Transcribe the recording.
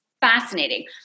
Fascinating